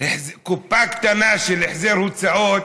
קופה קטנה של החזר הוצאות,